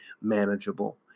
manageable